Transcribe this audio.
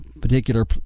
particular